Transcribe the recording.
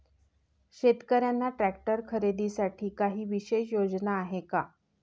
शेतकऱ्यांना ट्रॅक्टर खरीदीसाठी काही विशेष योजना आहे का?